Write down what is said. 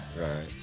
right